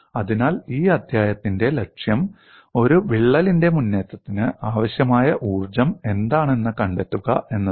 അതിനാൽ ഈ അധ്യായത്തിലെ ലക്ഷ്യം ഒരു വിള്ളലിന്റെ മുന്നേറ്റത്തിന് ആവശ്യമായ ഊർജ്ജം എന്താണെന്ന് കണ്ടെത്തുക എന്നതാണ്